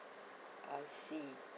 I see